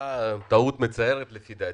נעשתה טעות מצערת, לפי דעתי,